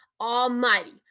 almighty